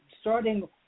starting